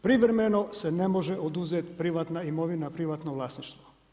Privremeno se ne može oduzeti privatna imovina, privatno vlasništvo.